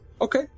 Okay